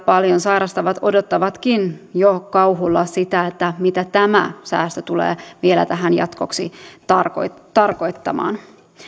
paljon sairastavat odottavatkin jo kauhulla sitä mitä tämä säästö tulee vielä tähän jatkoksi tarkoittamaan tarkoittamaan